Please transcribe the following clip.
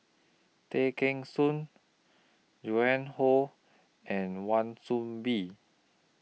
Tay Kheng Soon Joan Hon and Wan Soon Bee